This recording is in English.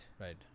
Right